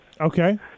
Okay